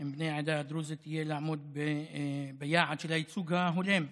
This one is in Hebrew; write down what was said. הם בני העדה הדרוזית לעמוד ביעד של הייצוג ההולם,